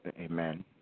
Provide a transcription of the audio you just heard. amen